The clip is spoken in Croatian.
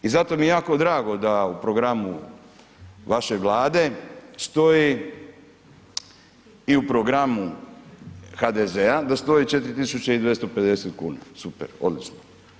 I zato mi je jako drago da u programu vaše vlade stoji i u programu HDZ-a da stoji 4250 kuna, super, odlično.